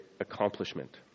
accomplishment